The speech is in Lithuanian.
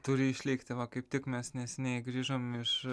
turi išlikti va kaip tik mes neseniai grįžom iš